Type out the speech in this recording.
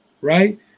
right